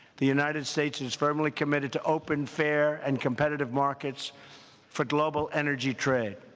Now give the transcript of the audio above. the united states is firmly committed to open, fair, and competitive markets for global energy trade.